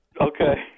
Okay